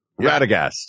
Radagast